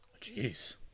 Jeez